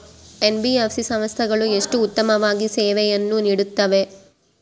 NBFC ಸಂಸ್ಥೆಗಳು ಎಷ್ಟು ಉತ್ತಮವಾಗಿ ಸೇವೆಯನ್ನು ನೇಡುತ್ತವೆ?